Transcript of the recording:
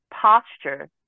posture